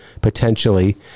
potentially